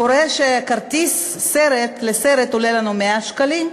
קורה שכרטיס לסרט עולה לנו 100 שקלים,